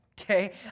okay